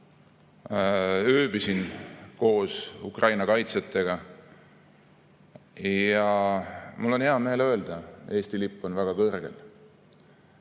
Ööbisin koos Ukraina kaitsjatega. Ja mul on hea meel öelda: Eesti lipp on väga kõrgel.